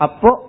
Apo